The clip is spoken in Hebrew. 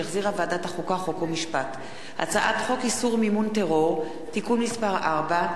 הצעת חוק איסור מימון טרור (תיקון מס' 4),